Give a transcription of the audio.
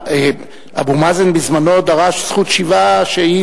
אבו מאזן בזמנו דרש זכות שיבה שהיא